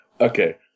Okay